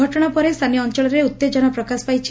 ଘଟଶା ପରେ ସ୍ଚାନୀୟ ଅଞ୍ଞଳରେ ଉତ୍ତେଜନା ପ୍ରକାଶ ପାଇଛି